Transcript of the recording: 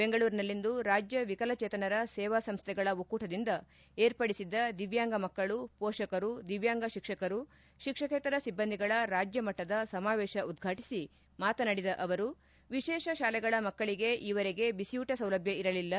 ಬೆಂಗಳೂರಿನಲ್ಲಿಂದು ರಾಜ್ಯ ವಿಕಲಚೇತನರ ಸೇವಾ ಸಂಸ್ಥೆಗಳ ಒಕ್ಕೂಟದಿಂದ ವಿರ್ಪಡಿಸಿದ್ದ ದಿವ್ಚಾಂಗ ಮಕ್ಕಳು ಪೋಷಕರು ದಿವ್ಲಾಂಗ ಶಿಕ್ಷಕರು ಶಿಕ್ಷಕೇತರ ಸಿಬ್ಲಂದಿಗಳ ರಾಜ್ಯಮಟ್ಟದ ಸಮಾವೇಶ ಉದ್ವಾಟಿಸಿ ಮಾತನಾಡಿದ ಅವರು ವಿಶೇಷ ಶಾಲೆಗಳ ಮಕ್ಕಳಿಗೆ ಈವರೆಗೆ ಬಿಸಿಯೂಟ ಸೌಲಭ್ವ ಇರಲಿಲ್ಲ